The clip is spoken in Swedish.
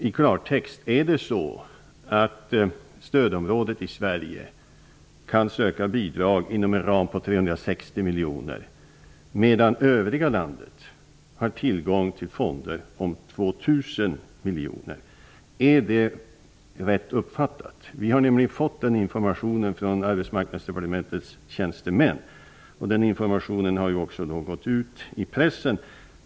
I klartext: Kan stödområdet i Sverige söka bidrag inom en ram på 360 miljoner, medan övriga landet har tillgång till fonder om 2 000 miljoner? Är det rätt uppfattat? Vi har nämligen fått den informationen från Arbetsmarknadsdepartementets tjänstemän. Den informationen har också gått ut i pressen.